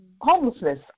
homelessness